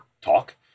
talk